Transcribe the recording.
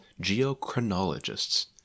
geochronologists